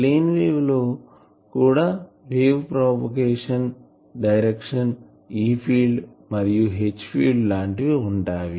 plane wave లో కూడా wave propagation direction E field మరియు H ఫీల్డ్ లాంటివి ఉంటాయి